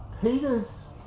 Peter's